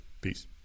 Peace